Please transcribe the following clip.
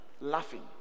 laughing